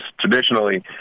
traditionally